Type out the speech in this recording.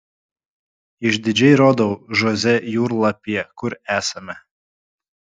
išdidžiai rodau žoze jūrlapyje kur esame